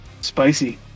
spicy